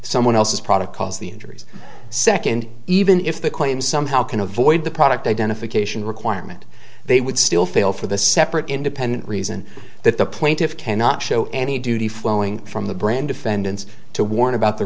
someone else's product cause the injuries second even if the claim somehow can avoid the product identification requirement they would still fail for the separate independent reason that the plaintiffs cannot show any duty flowing from the brand defendants to warn about the